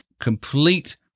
complete